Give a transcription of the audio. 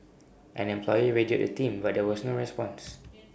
an employee radioed the team but there was no response